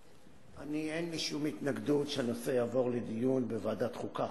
אין לי שום התנגדות שהנושא יעבור לדיון בוועדת החוקה,